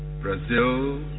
Brazil